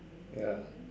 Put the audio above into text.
ya